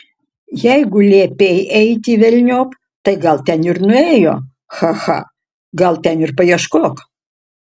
jeigu liepei eiti velniop tai gal ten ir nuėjo cha cha gal ten ir paieškok